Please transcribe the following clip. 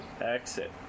Exit